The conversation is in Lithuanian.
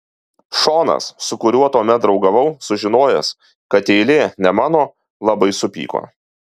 šonas su kuriuo tuomet draugavau sužinojęs kad eilė ne mano labai supyko